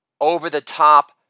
over-the-top